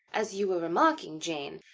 as you were remarking, jane,